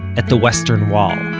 at the western wall.